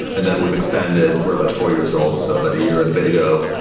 and then we've expanded. we're about four-years-old. so about a year and a bit ago,